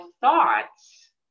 thoughts